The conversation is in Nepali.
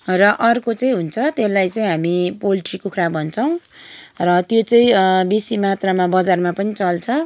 र अर्को चाहिँ हुन्छ त्यसलाई चाहिँ हामी पोल्ट्री कुखरा भन्छौँ र त्यो चाहिँ बेसी मात्रमा बजारमा पनि चल्छ